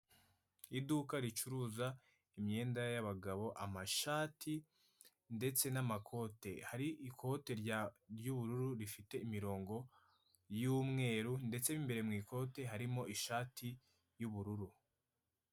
IIduka ricuruza imyenda y'abagabo amashati ndetse n'makote hari ikote ry'ubururu rifite imirongo y'umweru ndetse imbere mu ikoti harimo ishati y'ubururu.